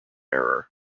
error